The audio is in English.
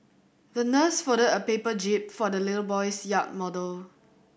the nurse folded a paper jib for the little boy's yacht model